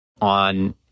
on